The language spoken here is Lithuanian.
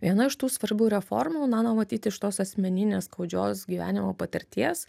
viena iš tų svarbių reformų na va matyt iš tos asmeninės skaudžios gyvenimo patirties